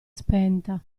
spenta